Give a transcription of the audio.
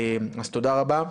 תודה רבה.